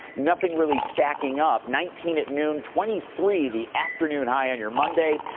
nothing really stacking up. nineteen at noon, twenty three the afternoon high on your monday.